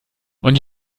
und